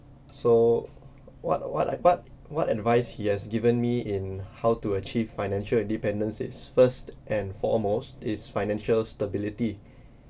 so what what I what what advice he has given me in how to achieve financial independence is first and foremost is financial stability